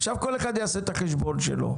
עכשיו כל אחד יעשה את החשבון שלו.